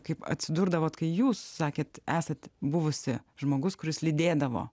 kaip atsidurdavot kai jūs sakėt esat buvusi žmogus kuris lydėdavo